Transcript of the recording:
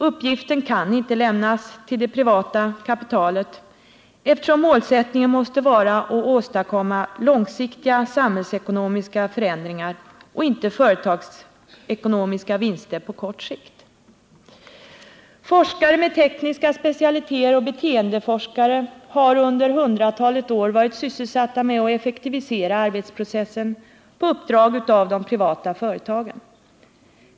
Uppgiften kan inte lämnas till det privata kapitalet, eftersom målsättningen måste vara att åstadkomma långsiktiga samhällsekonomiska förändringar och inte företagsekonomiska vinster på kort sikt. Forskare med tekniska specialiteter och beteendeforskare har under hundratalet år varit sysselsatta med att effektivisera arbetsprocessen på uppdrag av de privata företagen.